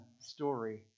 story